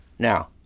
Now